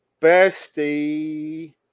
Bestie